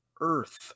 earth